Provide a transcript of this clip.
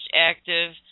active